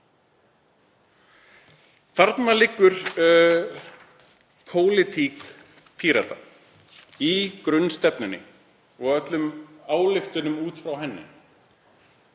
Þarna liggur pólitík Pírata, í grunnstefnunni og öllum ályktunum út frá henni.